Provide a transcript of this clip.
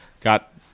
got